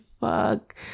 fuck